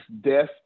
death